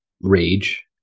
rage